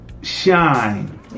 shine